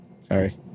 sorry